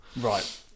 Right